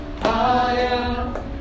higher